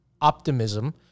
optimism